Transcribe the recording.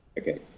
Okay